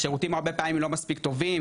השירותים הרבה פעמים לא מספיק טובים,